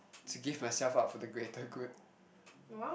to give myself up for the greater good